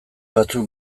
batzuk